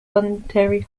voluntary